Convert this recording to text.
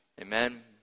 Amen